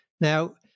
Now